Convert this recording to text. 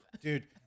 Dude